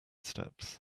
steps